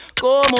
como